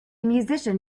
musician